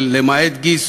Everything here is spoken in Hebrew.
של "למעט גיס